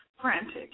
frantic